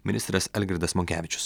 ministras algirdas monkevičius